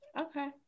Okay